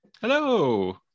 Hello